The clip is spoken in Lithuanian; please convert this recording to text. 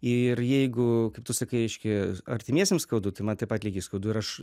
ir jeigu kaip tu sakai reiškia artimiesiems skaudu tai man taip pat lygiai skaudu ir aš